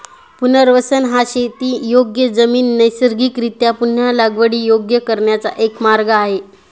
पुनर्वसन हा शेतीयोग्य जमीन नैसर्गिकरीत्या पुन्हा लागवडीयोग्य करण्याचा एक मार्ग आहे